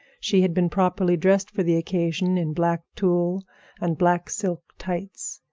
she had been properly dressed for the occasion in black tulle and black silk tights.